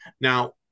Now